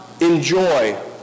enjoy